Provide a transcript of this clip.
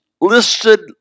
listed